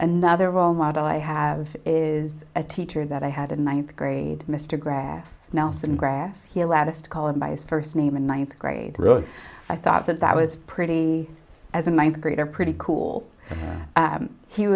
another role model i have is a teacher that i had in ninth grade mr graef nelson graf he allowed us to call him by his first name in one grade i thought that that was pretty as in ninth grade are pretty cool